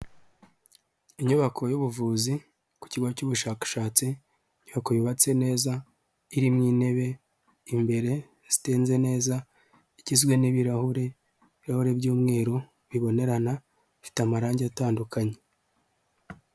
Inyubako y'ubuvuzi ku kigo cy'ubushakashatsi, inyubako yubatswe neza, irimo intebe imbere zitenze neza, igizwe n'ibirahure, ibirahure by'umweru bibonerana, bifite amarangi atandukanye.